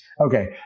Okay